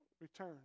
return